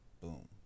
Boom